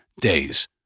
days